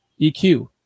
EQ